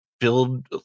build